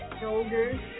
Shoulders